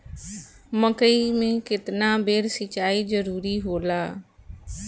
मकई मे केतना बेर सीचाई जरूरी होला?